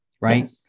right